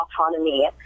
autonomy